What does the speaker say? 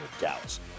Dallas